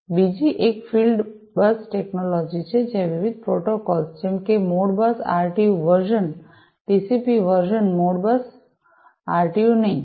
બીજી એક field bus technology છે જ્યાં વિવિધ પ્રોટોકોલ જેમ કે Modbus RTU version TCP version Modbus RTU નહીં